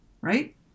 right